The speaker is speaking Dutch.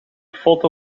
foto